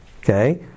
okay